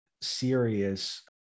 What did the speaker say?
serious